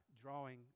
drawing